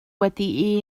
wedi